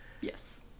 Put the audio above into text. Yes